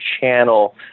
channel